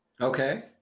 Okay